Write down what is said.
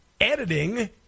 editing